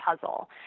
puzzle